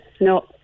no